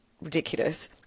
ridiculous